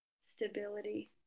stability